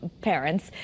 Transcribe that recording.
parents